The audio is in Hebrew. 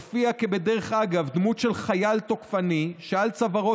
הופיעה כבדרך אגב דמות של חייל תוקפני שעל צווארו